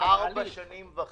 היה שם בביקור